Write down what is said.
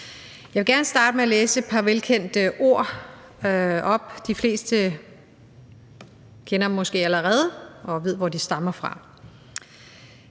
Jeg vil gerne starte med at læse et par velkendte ord op. De fleste kender dem måske allerede og ved, hvor de stammer fra: